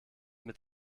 mit